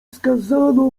skazano